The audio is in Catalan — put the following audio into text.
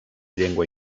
llengua